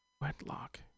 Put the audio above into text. Wedlock